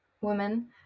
women